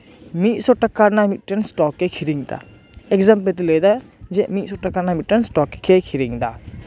ᱢᱤᱫ ᱥᱚ ᱴᱟᱠᱟ ᱨᱮᱱᱟᱜ ᱢᱤᱫᱴᱮᱱ ᱥᱴᱚᱠᱮᱭ ᱠᱤᱨᱤᱧᱫᱟ ᱤᱠᱡᱟᱢᱯᱮᱞ ᱞᱮᱠᱟᱛᱤᱧ ᱞᱟᱹᱭᱫᱟ ᱡᱮ ᱩᱱᱤ ᱫᱚ ᱢᱤᱫᱥᱚ ᱴᱟᱠᱟ ᱨᱮᱱᱟᱜ ᱢᱤᱫᱴᱟᱝ ᱥᱴᱚᱠᱮᱭ ᱠᱤᱨᱤᱧᱫᱟ